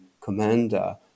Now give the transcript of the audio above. Commander